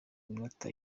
iminota